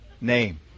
name